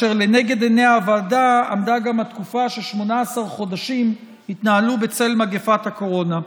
לנגד עיני הוועדה עמדה גם העובדה ש-18 חודשים התנהלו בצל מגפת הקורונה.